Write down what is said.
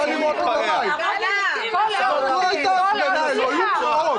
היו פרעות.